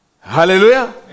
Hallelujah